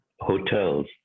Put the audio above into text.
hotels